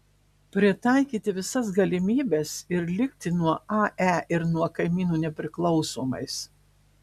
pritaikyti visas galimybes ir likti nuo ae ir nuo kaimynų nepriklausomais